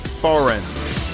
foreign